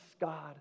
God